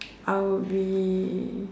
I would be